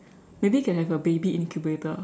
maybe can have a baby incubator